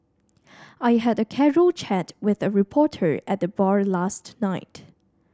I had a casual chat with a reporter at the bar last night